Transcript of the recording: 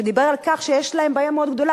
שדיבר על כך שיש להם בעיה מאוד גדולה